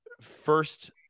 first